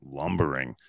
lumbering